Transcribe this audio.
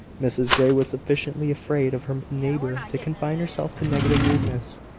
mrs grey was sufficiently afraid of her neighbour to confine herself to negative rudeness.